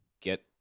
get